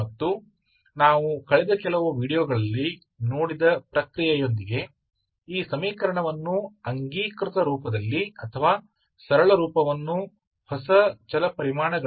ಮತ್ತು ನಾವು ಕಳೆದ ಕೆಲವು ವೀಡಿಯೊಗಳಲ್ಲಿ ನೋಡಿದ ಪ್ರಕ್ರಿಯೆಯೊಂದಿಗೆ ಈ ಸಮೀಕರಣವನ್ನು ಅಂಗೀಕೃತ ರೂಪದಲ್ಲಿ ಅಥವಾ ಸರಳ ರೂಪವನ್ನು ಹೊಸ ಚಲಪರಿಮಾಣಗಳಾಗಿ ಮಾಡುತ್ತೇವೆ